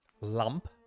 Lump